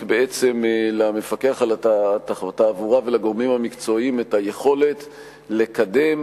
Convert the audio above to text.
בעצם למפקח על התעבורה ולגורמים המקצועיים את היכולת לקדם